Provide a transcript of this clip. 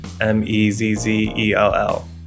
M-E-Z-Z-E-L-L